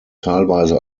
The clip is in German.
teilweise